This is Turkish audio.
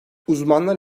uzmanlar